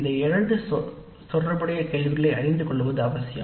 இந்த இரண்டு தொடர்புடைய கேள்விகளை அறிந்து கொள்ளுங்கள்